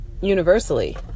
universally